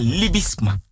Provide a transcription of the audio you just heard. libisma